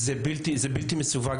זה בלתי מסווג.